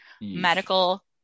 medical